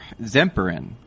Zemperin